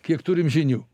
kiek turim žinių